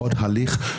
עוד הליך?